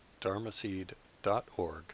dharmaseed.org